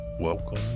Welcome